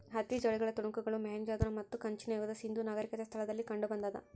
ಹತ್ತಿ ಜವಳಿಗಳ ತುಣುಕುಗಳು ಮೊಹೆಂಜೊದಾರೋ ಮತ್ತು ಕಂಚಿನ ಯುಗದ ಸಿಂಧೂ ನಾಗರಿಕತೆ ಸ್ಥಳಗಳಲ್ಲಿ ಕಂಡುಬಂದಾದ